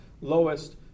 lowest